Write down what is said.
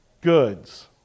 goods